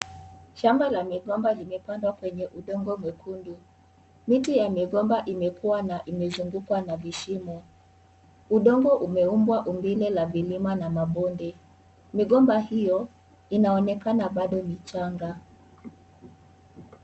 Shamba la migomba limepandwa kwenye udongo mwekundu. Miti ya migomba imekuwa na imezungukwa na vishimo. Udongo umeumbwa umbile la vilima na mabonde. Migomba hiyo inaonekana bado ni changa.